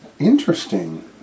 interesting